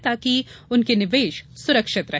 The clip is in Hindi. ताकि उनके निवेश सुरक्षित रहे